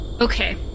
Okay